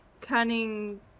cunning